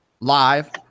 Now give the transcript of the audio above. Live